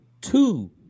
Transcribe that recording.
two